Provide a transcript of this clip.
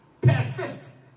Persist